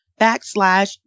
backslash